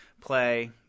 play